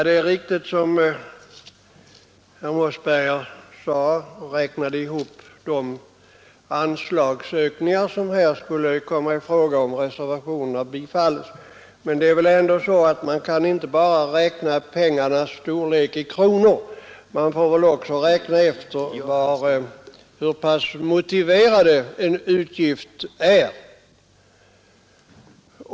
Herr talman! Herr Mossberger räknade ihop de anslagsökningar som skulle komma i fråga om reservationerna bifölls. Man kan dock inte bara mäta utgifterna i kronor; man måste också räkna efter hur motiverad en utgift är.